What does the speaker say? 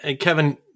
Kevin